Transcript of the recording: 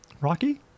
Rocky